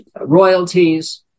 royalties